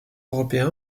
européen